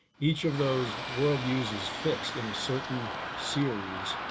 each of those world views is fixed in a certain series